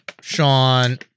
Sean